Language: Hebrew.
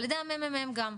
על ידי הממ"מ גם.